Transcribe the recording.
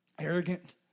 arrogant